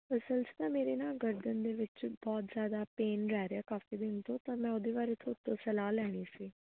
ਅਸਲ 'ਚ ਤਾਂ ਮੇਰੇ ਨਾ ਗਰਦਨ ਦੇ ਵਿੱਚ ਬਹੁਤ ਜ਼ਿਆਦਾ ਪੇਨ ਰਹਿ ਰਿਹਾ ਕਾਫੀ ਦਿਨ ਤੋਂ ਤਾਂ ਮੈਂ ਉਹਦੇ ਬਾਰੇ ਥੋਤੋਂ ਸਲਾਹ ਲੈਣੀ ਸੀ